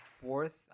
fourth